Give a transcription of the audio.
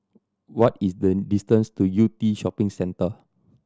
what is the distance to Yew Tee Shopping Centre